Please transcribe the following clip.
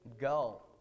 Go